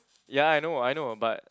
ya I know I know but